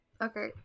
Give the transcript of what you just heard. Okay